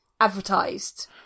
advertised